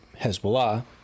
Hezbollah